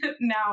now